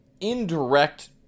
indirect